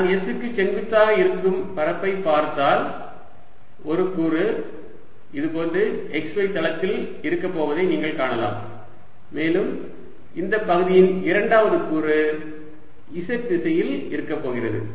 நான் s க்கு செங்குத்தாக இருக்கும் பரப்பை பார்த்தால் ஒரு கூறு இது போன்று xy தளத்தில் இருக்கப் போவதை நீங்கள் காணலாம் மேலும் இந்த பகுதியின் இரண்டாவது கூறு z திசையில் இருக்கப் போகிறது